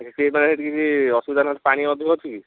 ହେଠି କିଛି ଅସୁବିଧା ପାଣି ଅଧିକ ଅଛି କି